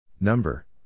Number